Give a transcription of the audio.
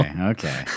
okay